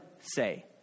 say